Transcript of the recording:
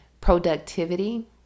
productivity